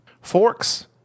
Forks